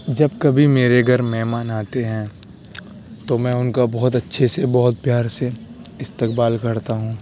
جب کبھی میرے گھر مہمان آتے ہیں تو میں ان کا بہت اچھے سے بہت پیار سے استقبال کرتا ہوں